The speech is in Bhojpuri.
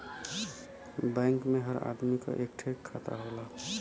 बैंक मे हर आदमी क एक ठे खाता होला